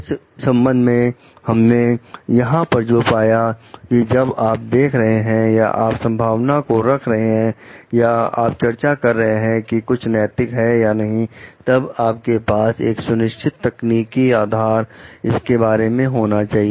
इस संबंध में हमने यहां पर जो पाया कि जब आप देख रहे हैं या आप संभावना को रख रहे हैं या यह चर्चा कर रहे हैं कि कुछ नैतिक है या नहीं तब आपके पास एक सुनिश्चित तकनीकी आधार इसके बारे में होना चाहिए